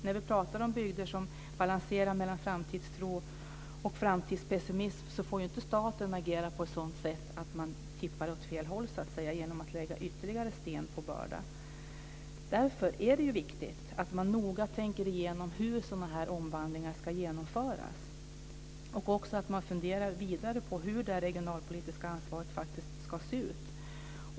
När vi pratar om bygder som balanserar mellan framtidstro och framtidspessimism så får inte staten agera på ett sådant sätt att man tippar åt fel håll genom att lägga ytterligare sten på börda. Därför är det viktigt att man noga tänker igenom hur sådana här omvandlingar ska genomföras och att man även funderar vidare på hur det regionalpolitiska ansvaret ska se ut.